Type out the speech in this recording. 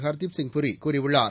ஹர்தீப்சிங் பூரி கூறியுள்ளார்